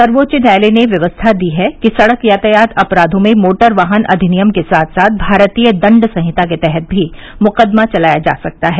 सर्वोच्च न्यायालय ने व्यवस्था दी है कि सड़क यातायात अपराधों में मोटर वाहन अधिनियम के साथ साथ भारतीय दंड संहिता के तहत भी मुकदमा चलाया जा सकता है